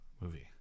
movie